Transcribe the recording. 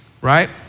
right